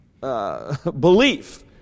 belief